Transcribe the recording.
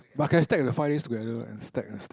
but can I stack the five days together and stack and stack